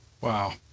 Wow